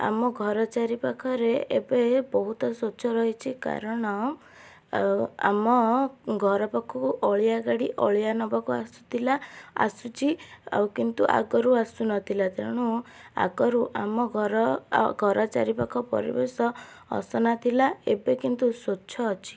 ଆମ ଘର ଚାରିପାଖରେ ଏବେ ବହୁତ ସ୍ୱଚ୍ଛ ରହିଛି କାରଣ ଆଉ ଆମ ଘରପାଖକୁ ଅଳିଆ ଗାଡ଼ି ଅଳିଆ ନବାକୁ ଆସୁଥିଲା ଆସୁଛି ଆଉ କିନ୍ତୁ ଆଗରୁ ଆସୁନଥିଲା ତେଣୁ ଆଗରୁ ଆମ ଘର ଆଉ ଘର ଚାରିପାଖ ପରିବେଶ ଅସନା ଥିଲା ଏବେ କିନ୍ତୁ ସ୍ୱଚ୍ଛ ଅଛି